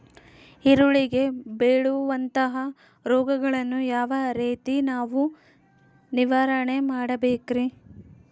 ಈರುಳ್ಳಿಗೆ ಬೇಳುವಂತಹ ರೋಗಗಳನ್ನು ಯಾವ ರೇತಿ ನಾವು ನಿವಾರಣೆ ಮಾಡಬೇಕ್ರಿ?